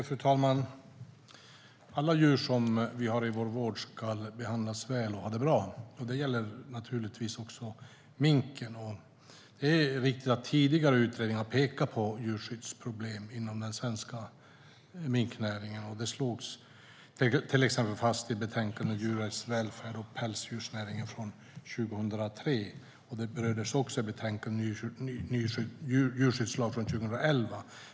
Fru talman! Alla djur som vi har i vår vård ska behandlas väl och ha det bra. Det gäller naturligtvis också minken. Det är riktigt att tidigare utredningar har pekat på djurskyddsproblem inom den svenska minknäringen. Det slogs fast till exempel i betänkandet Djurens välfärd och pälsdjursnäringen från 2003, och det berördes också i betänkandet Ny djurskyddslag från 2011.